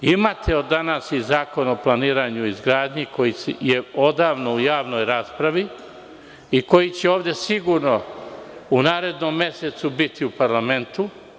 Imate od danas i Zakon o planiranju i izgradnji koji je odavno u javnoj raspravi i koji će ovde sigurno u narednom mesecu biti u parlamentu.